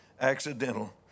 accidental